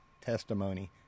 testimony